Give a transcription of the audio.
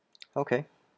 okay